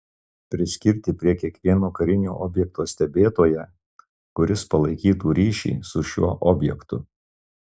priskirti prie kiekvieno karinio objekto stebėtoją kuris palaikytų ryšį su šiuo objektu